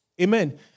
Amen